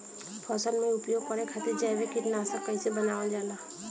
फसल में उपयोग करे खातिर जैविक कीटनाशक कइसे बनावल जाला?